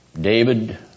David